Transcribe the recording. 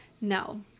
no